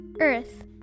earth